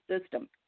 system